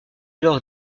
lors